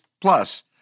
Plus